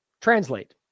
Translate